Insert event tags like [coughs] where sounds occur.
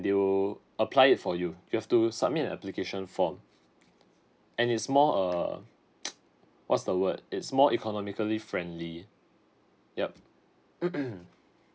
they will apply it for you you have to submit an application form and is more err what's the word it's more economically friendly yup [coughs]